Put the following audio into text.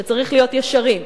שצריך להיות ישרים,